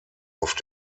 auf